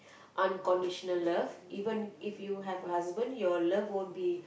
unconditional love even if you have a husband your love won't be